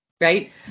right